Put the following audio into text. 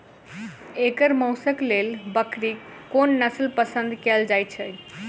एकर मौशक लेल बकरीक कोन नसल पसंद कैल जाइ छै?